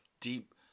deep